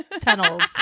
tunnels